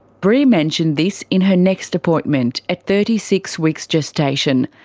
bree mentioned this in her next appointment, at thirty six weeks gestation.